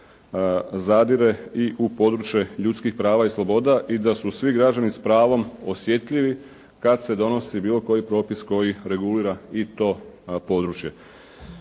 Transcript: zadire i u područje ljudskih prava i sloboda i da su svi građani s pravom osjetljivi kad se donosi bilo koji propis koji regulira i to područje.